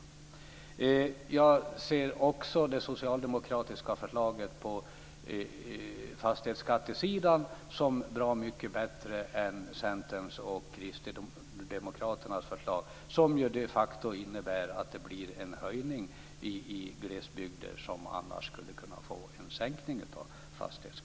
Jag ser också det socialdemokratiska förslaget på fastighetsskattesidan som bra mycket bättre än Centerns och Kristdemokraternas förslag. Det innebär de facto en höjning i stället för en sänkning av fastighetsskatten i glesbygden.